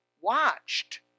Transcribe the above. watched